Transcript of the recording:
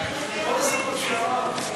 אדוני.